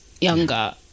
younger